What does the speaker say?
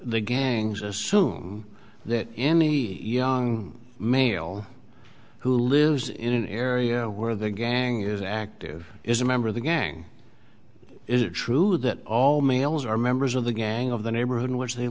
the gangs assume that any young male who lives in an area where the gang is active is a member of the gang is it true that all males are members of the gang of the neighborhood in which they